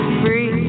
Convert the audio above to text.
free